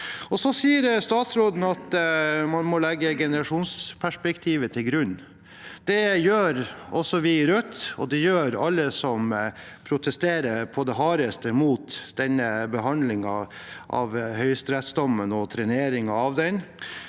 Statsråden sier at man må legge generasjonsperspektivet til grunn. Det gjør også vi i Rødt, og det gjør alle som protesterer på det hardeste mot denne behandlingen av høyesterettsdommen og treneringen av den.